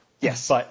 Yes